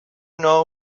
know